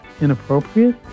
inappropriate